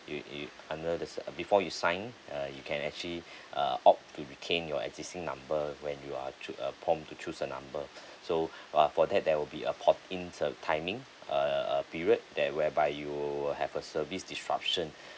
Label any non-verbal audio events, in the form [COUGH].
you you under the uh before you sign uh you can actually [BREATH] uh opt to retain your existing number when you are cho~ uh prompt to choose a number [BREATH] so uh for that there will be a port in uh timing a a period there whereby you will have a service disruption